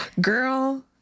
Girl